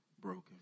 broken